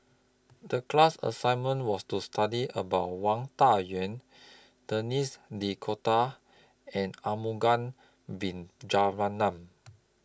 The class assignment was to study about Wang Dayuan Denis D'Cotta and Arumugam Vijiaratnam